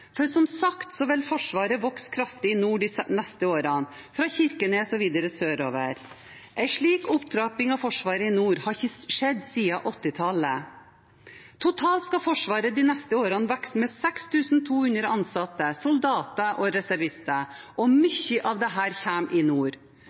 For som sagt vil Forsvaret vokse kraftig i nord de neste årene, fra Kirkenes og videre sørover. En slik opptrapping av Forsvaret i nord har ikke skjedd siden 1980-tallet. Totalt skal Forsvaret de neste årene vokse med 6 200 ansatte, soldater og reservister, og